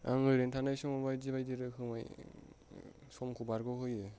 आं ओरैनो थानाय समाव बायदि बायदि रोखोमै समखौ बारग' होयो